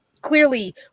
clearly